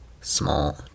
Small